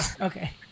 Okay